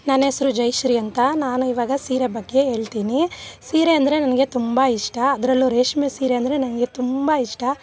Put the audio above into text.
ನನ್ನ ಹೆಸರು ಜೈಶ್ರೀ ಅಂತ ನಾನು ಇವಾಗ ಸೀರೆ ಬಗ್ಗೆ ಹೇಳ್ತೀನಿ ಸೀರೆ ಅಂದರೆ ನನಗೆ ತುಂಬ ಇಷ್ಟ ಅದರಲ್ಲೂ ರೇಷ್ಮೆ ಸೀರೆ ಅಂದರೆ ನಂಗೆ ತುಂಬ ಇಷ್ಟ